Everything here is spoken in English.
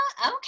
okay